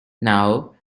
now